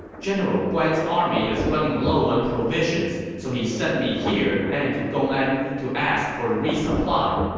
general guan's army is running low on provisions, so he sent me here and to gongan to ask for resupply.